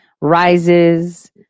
rises